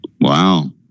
Wow